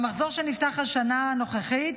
במחזור שנפתח בשנה הנוכחית